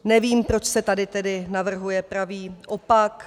Nevím, proč se tady tedy navrhuje pravý opak.